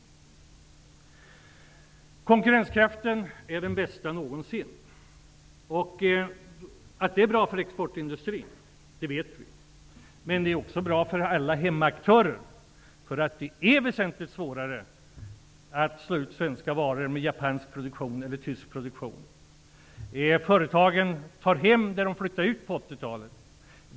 Konkurrenskraften är den bästa någonsin. Vi vet att det är bra för exportindustrin. Men det är också bra för alla aktörer här hemma. Det är väsentligt svårare att slå ut svenska varor med hjälp av japansk eller tysk produktion. Företagen tar nu hem det de flyttade ut på 80-talet.